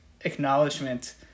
acknowledgement